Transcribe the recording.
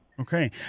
Okay